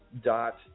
dot